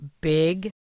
big